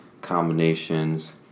Combinations